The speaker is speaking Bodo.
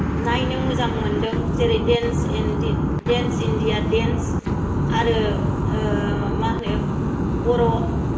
नायनो मोजां मोनदों जेरै देन्स इण्डिया देन्स आरो मा होनो बर'